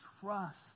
trust